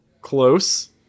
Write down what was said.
Close